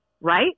Right